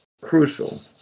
crucial